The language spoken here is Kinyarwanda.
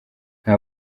nta